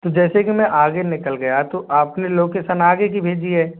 तो जैसे कि मैं आगे निकल गया तो आप ने लोकेशन आगे की भेजी है